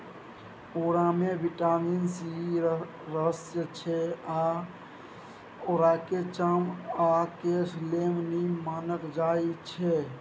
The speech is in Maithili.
औरामे बिटामिन सी रहय छै आ औराकेँ चाम आ केस लेल नीक मानल जाइ छै